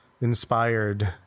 inspired